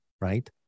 right